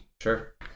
Sure